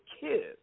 kids